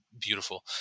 beautiful